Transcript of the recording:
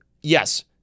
yes